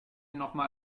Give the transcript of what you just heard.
nochmal